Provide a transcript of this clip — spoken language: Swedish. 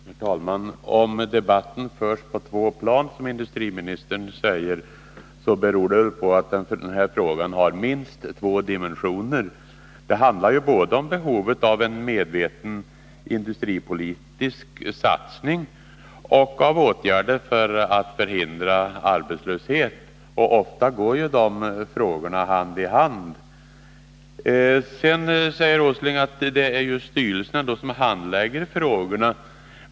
Herr talman! Om debatten förs på två plan — som industriministern säger — så beror det på att den här frågan har minst två dimensioner. Det handlar ju både om behovet av en medveten industripolitisk satsning och om behovet av åtgärder för att förhindra arbetslöshet. Ofta går de frågorna hand i hand. Vidare säger Nils Åsling att det är styrelserna som handlägger frågorna.